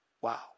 Wow